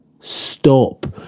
Stop